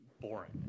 boring